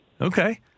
Okay